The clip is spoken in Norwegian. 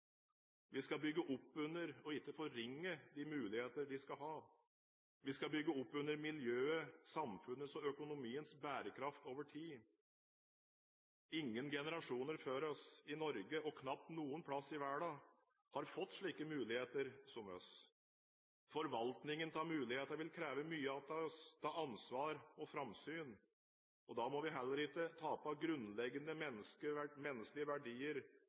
Vi skal bygge opp under og ikke forringe de muligheter de skal ha. Vi skal bygge opp under miljøet, samfunnet og økonomiens bærekraft over tid. Ingen generasjoner før oss i Norge – og knapt noe sted i verden – har fått slike muligheter som oss. Forvaltningen av mulighetene vil kreve mye av oss – av ansvar og av framsyn. Da må vi heller ikke tape grunnleggende menneskelige verdier